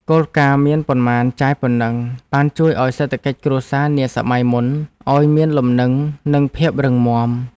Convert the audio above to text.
គោលការណ៍មានប៉ុន្មានចាយប៉ុណ្ណឹងបានជួយឱ្យសេដ្ឋកិច្ចគ្រួសារនាសម័យមុនឱ្យមានលំនឹងនិងភាពរឹងមាំ។